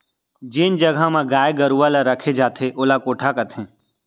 जेन जघा म गाय गरूवा ल रखे जाथे ओला कोठा कथें